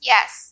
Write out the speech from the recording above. Yes